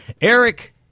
Eric